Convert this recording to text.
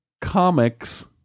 comics